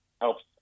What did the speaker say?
helps